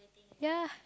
ya